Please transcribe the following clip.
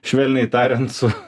švelniai tariant su